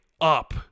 up